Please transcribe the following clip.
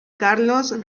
carlos